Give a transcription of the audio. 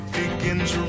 begins